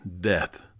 death